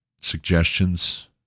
suggestions